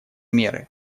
меры